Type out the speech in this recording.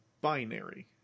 Binary